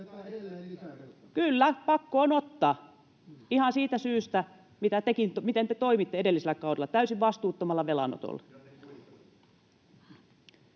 Kyllä, pakko on ottaa ihan siitä syystä, miten te toimitte edellisellä kaudella täysin vastuuttomalla velanotolla.